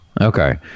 okay